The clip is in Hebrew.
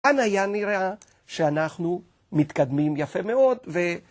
כאן היה נראה שאנחנו מתקדמים יפה מאוד ו...